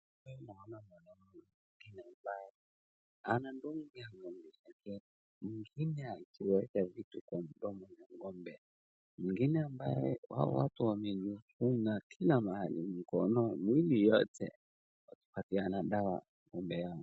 Hapa naona mwanaume mwingine ambaye anadungia ng'ombe, anafinya akiweka vitu kwa mdomo ya ng'ombe, mwingine ambaye hawa watu wamfunga kila mahali, mkono, mwili yote wakipatiana dawa ng'ombe yao.